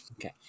okay